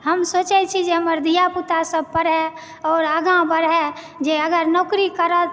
हम सोचए छी जे हमर धियापुतासभ पढ़य आओर आगाँ बढय जे अगर नौकरी करत